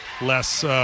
less